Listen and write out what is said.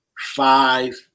five